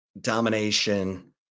domination